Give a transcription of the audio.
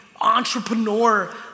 entrepreneur